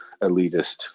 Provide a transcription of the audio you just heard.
elitist